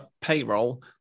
payroll